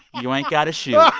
you ain't got to shoot.